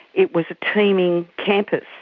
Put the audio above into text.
it was a teeming campus.